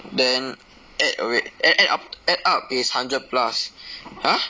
then add err wait add up add up is hundred plus !huh!